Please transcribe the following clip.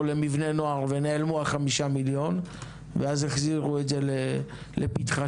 למבני נוער ונעלמו ה-5 מיליון ואז החזירו את זה לפתחה